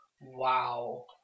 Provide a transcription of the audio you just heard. Wow